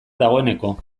dagoeneko